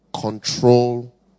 control